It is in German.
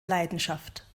leidenschaft